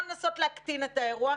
אז אפשר לנסות להקטין את האירוע,